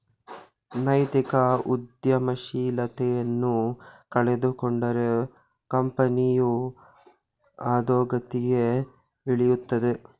ನೈತಿಕ ಉದ್ಯಮಶೀಲತೆಯನ್ನು ಕಳೆದುಕೊಂಡರೆ ಕಂಪನಿಯು ಅದೋಗತಿಗೆ ಇಳಿಯುತ್ತದೆ